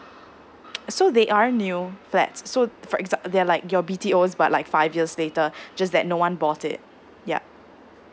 so they are new flats so for exam~ uh they're like your B_T_Os but like five years later just that no one bought it yup